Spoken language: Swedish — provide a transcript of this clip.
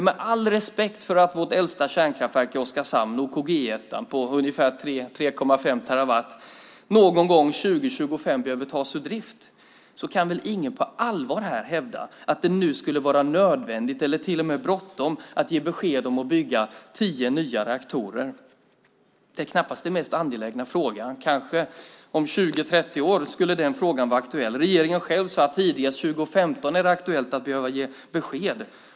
Med all respekt för att vårt äldsta kärnkraftverk i Oskarshamn, OKG 1, som står för ungefär 3,5 terawattimmar behöver tas ur drift någon gång 2020-2025, kan väl ingen på allvar här hävda att det nu skulle vara nödvändigt eller till och med bråttom att ge besked om att bygga tio nya reaktorer? Det är knappast den mest angelägna frågan. Den frågan skulle kanske vara aktuell om 20-30 år. Regeringen själv sade att det tidigast 2015 är aktuellt att behöva ge besked.